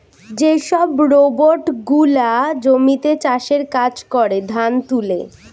যে সব রোবট গুলা জমিতে চাষের কাজ করে, ধান তুলে